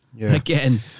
again